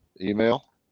email